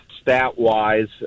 Stat-wise